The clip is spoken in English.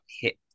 hit